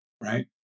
right